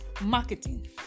marketing